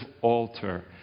altar